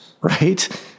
Right